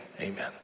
Amen